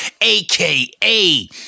AKA